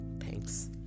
thanks